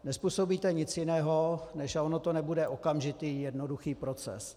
Nezpůsobíte nic jiného než a on to nebude okamžitý jednoduchý proces.